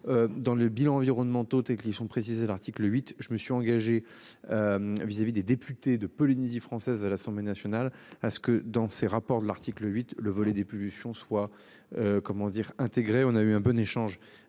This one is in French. Dans le bilan environnementaux tu es qui sont précisés. L'article 8 je me suis engagé. Vis-à-vis des députés de Polynésie française, à l'Assemblée nationale à ce que dans ses rapports de l'article 8, le volet des pulsions soit. Comment dire, intégrait on a eu un peu d'échange